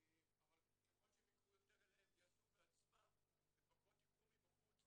אבל ככל שהם ייקחו יותר אליהם ויעשו בעצמם ופחות ייקחו מבחוץ,